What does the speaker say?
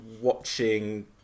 watching